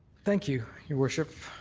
thank you, your worship.